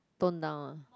tone down ah